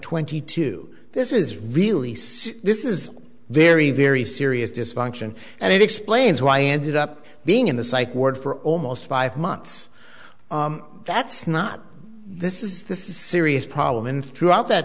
twenty two this is really so this is very very serious dysfunction and it explains why i ended up being in the psych ward for almost five months that's not this is this is serious problem in throughout that